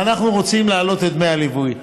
ואנחנו רוצים להעלות את דמי הליווי.